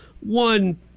One